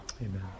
Amen